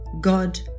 God